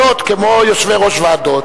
אשר אינו בעל יכולות כמו יושבי-ראש ועדות,